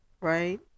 right